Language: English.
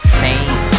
fame